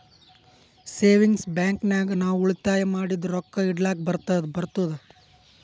savings bank ನಾಗ್ ನಾವ್ ಉಳಿತಾಯ ಮಾಡಿದು ರೊಕ್ಕಾ ಇಡ್ಲಕ್ ಬರ್ತುದ್